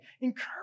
Encourage